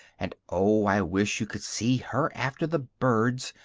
and oh! i wish you could see her after the birds!